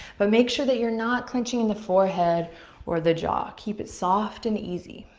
but make sure that you're not clenching in the forehead or the jaw. keep it soft and easy.